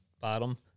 bottom